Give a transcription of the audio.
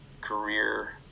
career